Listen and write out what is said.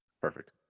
Perfect